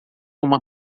uma